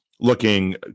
looking